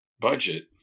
Budget